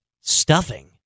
Stuffing